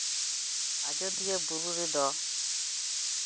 ᱟᱡᱳᱫᱤᱭᱟᱹ ᱵᱩᱨᱩ ᱨᱮᱫᱚ